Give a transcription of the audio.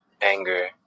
anger